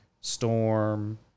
Storm